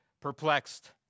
perplexed